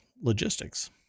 logistics